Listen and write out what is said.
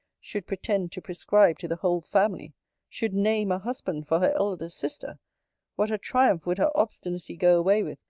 should pretend to prescribe to the whole family should name a husband for her elder sister what a triumph would her obstinacy go away with,